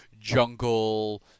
jungle